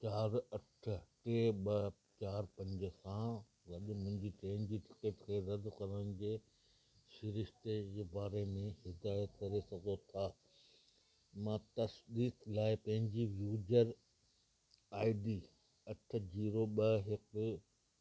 चार अठ टे ॿ चार पंज सां गॾ मुंहिंजी ट्रेन जी टिकट खे रदि करण जे सिरिश्ते जे बारे में हिदायत करे सघो था मां तसदीक़ लाइ पंहिंजी यूज़र आई डी अठ जीरो ॿ हिकु